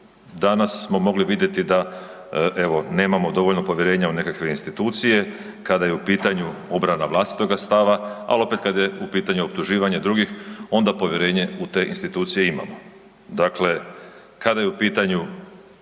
Danas smo mogli vidjeti da, evo, nemamo dovoljno povjerenja u nekakve institucije kada je u pitanju obrana vlastitoga stava, ali opet, kad je u pitanju optuživanje drugih, onda povjerenje u te institucije imamo. Dakle, kada je u pitanju